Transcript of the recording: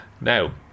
Now